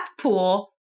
pool